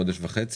חודש וחצי.